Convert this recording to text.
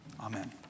Amen